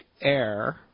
Air